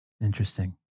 Interesting